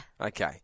Okay